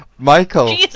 Michael